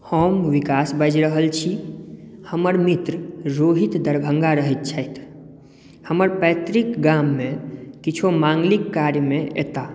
हम विकास बाजि रहल छी हमर मित्र रोहित दरभंगा रहै छथि हमर पैत्रिक गाममे किछो मांगलिक काजमे एताह